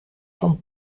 van